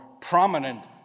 prominent